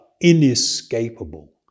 inescapable